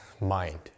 mind